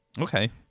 Okay